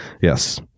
Yes